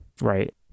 Right